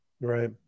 Right